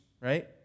right